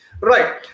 Right